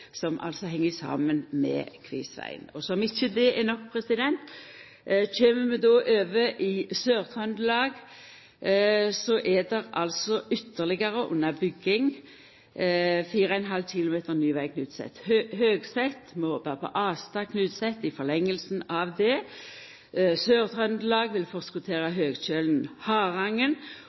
som altså heng saman med Kvivsvegen. Som om ikkje det er nok: Kjem vi over i Sør-Trøndelag, er det ytterlegare under bygging 4,5 km ny veg Knutset–Høgset. Vi håpar på Astad–Knutset i forlenginga av det. Sør-Trøndelag vil forskottera